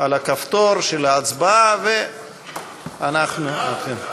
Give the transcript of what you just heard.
על כפתור ההצבעה, ואנחנו מתחילים.